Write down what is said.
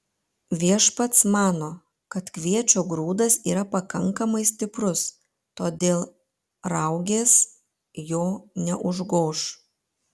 viešpats mano kad kviečio grūdas yra pakankamai stiprus todėl raugės jo neužgoš